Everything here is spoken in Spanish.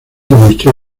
demostró